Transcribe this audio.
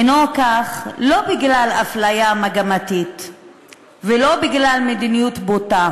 כך לא בגלל אפליה מגמתית ולא בגלל מדיניות בוטה,